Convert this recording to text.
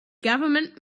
government